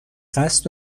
قصد